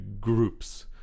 groups